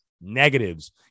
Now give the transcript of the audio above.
negatives